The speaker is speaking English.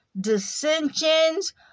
dissensions